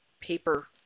paper